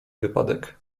wypadek